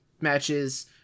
matches